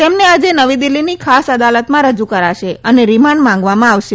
તેમને આજે નવી દિલ્ફીની ખાસ અદાલતમાં રજુ કરાશે અને રીમાન્ડ માંગવામાં આવશે